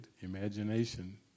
imagination